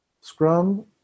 Scrum